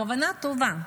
הכוונה טובה.